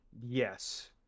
yes